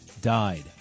died